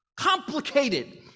complicated